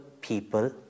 people